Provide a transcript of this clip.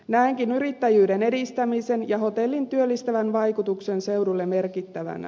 näenkin yrittäjyyden edistämisen ja hotellin työllistävän vaikutuksen seudulle merkittävänä